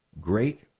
great